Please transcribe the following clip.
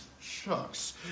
Shucks